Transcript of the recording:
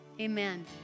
amen